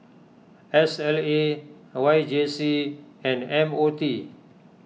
S L A Y J C and M O T